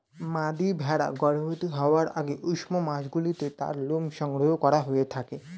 মাদী ভেড়া গর্ভবতী হওয়ার আগে উষ্ণ মাসগুলিতে তার লোম সংগ্রহ করা হয়ে থাকে